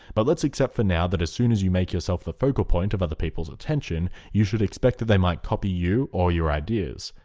but let's accept for now that as soon as you make yourself the focal point of other people's attention you should expect that they might copy you or your ideas.